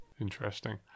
Interesting